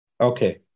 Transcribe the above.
Okay